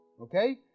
Okay